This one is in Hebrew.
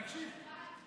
תקשיב.